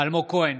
אלמוג כהן,